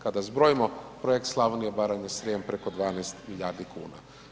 Kada zbrojimo projekt Slavonija, Baranja, Srijem preko 12 milijardi kuna.